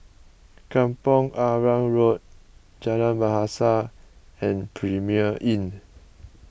Kampong Arang Road Jalan Bahasa and Premier Inn